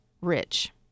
rich